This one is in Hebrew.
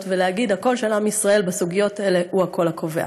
שלנו ולהגיד: הקול של עם ישראל בסוגיות האלה הוא הקול הקובע.